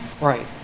Right